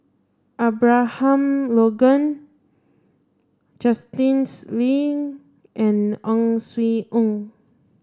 Abraham Logan Lean and Ang Swee Aun